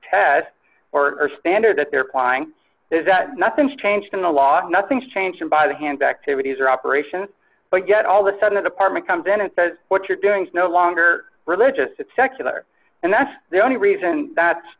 test or standard that they're plying is that nothing's changed in the law nothing's changed by the hand back to these or operation but yet all the sudden a department comes in and says what you're doing is no longer religious it's secular and that's the only reason that's